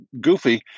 goofy